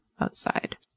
outside